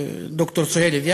ד"ר סוהיל דיאב,